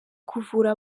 kuvura